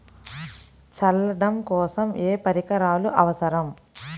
చల్లడం కోసం ఏ పరికరాలు అవసరం?